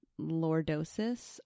lordosis